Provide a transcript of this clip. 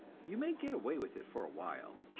you may get away with it for a while,